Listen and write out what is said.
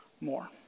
more